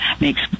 makes